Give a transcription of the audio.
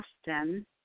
Austin